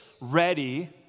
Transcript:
ready